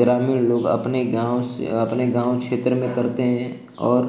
ग्रामीण लोग अपने गाँव से अपने गाँव क्षेत्र में करते हैं और